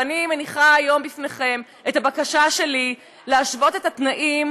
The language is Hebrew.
ואני מניחה היום לפניכם את הבקשה שלי להשוות את התנאים